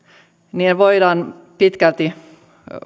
se voidaan pitkälti